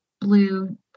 blue